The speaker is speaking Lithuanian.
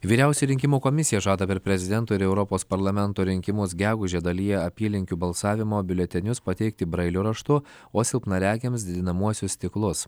vyriausioji rinkimų komisija žada per prezidento ir europos parlamento rinkimus gegužę dalyje apylinkių balsavimo biuletenius pateikti brailio raštu o silpnaregiams didinamuosius stiklus